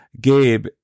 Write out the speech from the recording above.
gabe